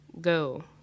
go